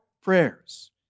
prayers